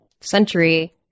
century